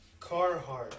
Carhartt